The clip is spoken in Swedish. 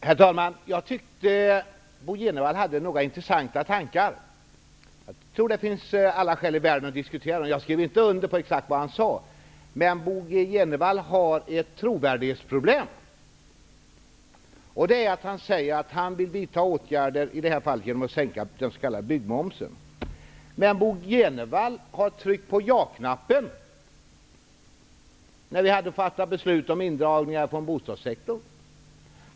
Herr talman! Jag tycker att några av Bo G Jenevalls tankar är intressanta. Jag tror att det finns alla skäl i världen att diskutera dem. Men jag skriver inte under på exakt allt som han sade. Bo G Jenevall har dock ett trovärdighetsproblem. Han säger ju att han i det här fallet vill vidta åtgärder i form av en sänkning av den s.k. byggmomsen. Men Bo G Jenevall tryckte på jaknappen när vi hade att fatta beslut om indragningar inom bostadssektorn.